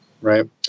Right